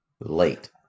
late